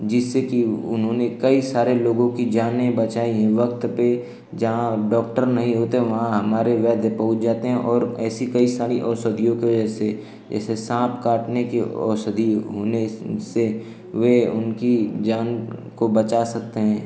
जिससे कि उन्होंने कई सारे लोगों कि जानें बचाई हैं वक़्त पर जहाँ अब डॉक्टर नहीं होते वहाँ हमारे वैद्य पहुँच जाते हैं और ऐसी कई सारी औसधियों के वजह से जैसे सांप काटने के औसधी होने से वे उनकी जान को बचा सकते हैं